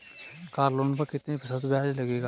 Car loan पर कितने प्रतिशत ब्याज लगेगा?